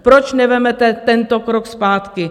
Proč nevezmete tento krok zpátky?